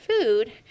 food